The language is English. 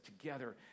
together